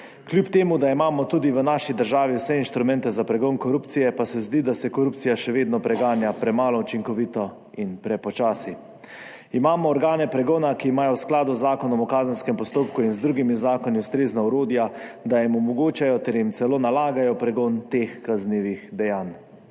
Kljub temu da imamo tudi v naši državi vse inštrumente za pregon korupcije, pa se zdi, da se korupcija še vedno preganja premalo učinkovito in prepočasi. Imamo organe pregona, ki imajo v skladu z Zakonom o kazenskem postopku in z drugimi zakoni ustrezna orodja, da jim omogočajo ter jim celo nalagajo pregon teh kaznivih dejanj.